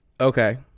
Okay